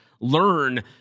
learn